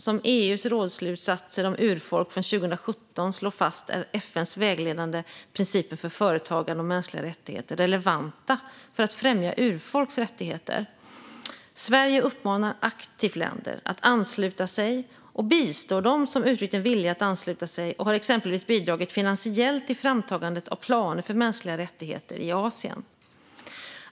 Som EU:s rådsslutsatser om urfolk från 2017 slår fast är FN:s vägledande principer för företagande och mänskliga rättigheter relevanta för att främja urfolks rättigheter. Sverige uppmanar aktivt länder att ansluta sig och bistår dem som uttryckt en vilja att ansluta sig och har exempelvis bidragit finansiellt till framtagandet av planer för mänskliga rättigheter i Asien.